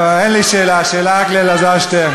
לא, אין לי שאלה, השאלה היא רק לאלעזר שטרן.